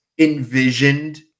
envisioned